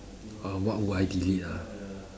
uh what would I delete ah